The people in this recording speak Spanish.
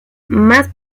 más